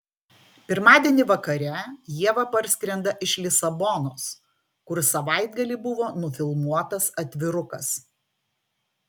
pirmadienį vakare ieva parskrenda iš lisabonos kur savaitgalį buvo nufilmuotas atvirukas